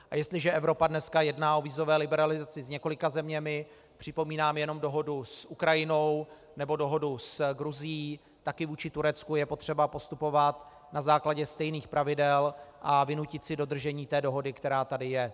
A jestliže Evropa dneska jedná o vízové liberalizaci s několika zeměmi, připomínám jenom dohodu s Ukrajinou nebo dohodu s Gruzií, také vůči Turecku je potřeba postupovat na základě stejných pravidel a vynutit si dodržení té dohody, která tady je.